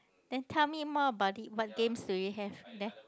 then tell me more about it what games do you have there